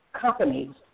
companies